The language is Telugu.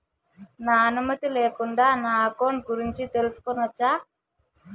నా అనుమతి లేకుండా నా అకౌంట్ గురించి తెలుసుకొనొచ్చా?